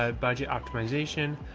ah budget optimization.